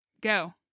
Go